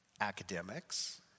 Academics